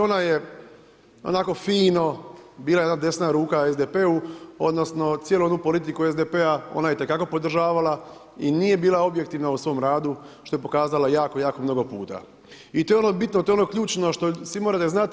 Ona je onako fino bila jedna desna ruka SDP-u odnosno cijelu onu politiku SDP-a ona je itekako podržavala i nije bila objektivna u svom radu što je pokazala jako, jako mnogo puta i to je ono bitno, to je ono ključno što svi morate znati.